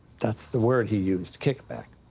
that's the word he used, kickback.